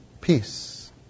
peace